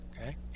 okay